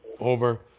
over